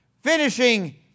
Finishing